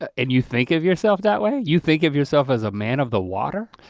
and you think of yourself that way? you think of yourself as a man of the water?